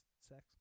Sex